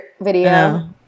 video